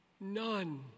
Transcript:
None